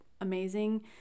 amazing